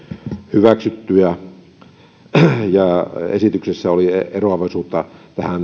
hyväksyttyjä valtiovarainvaliokunnan päätösesityksessä oli eroavaisuutta